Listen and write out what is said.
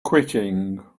quitting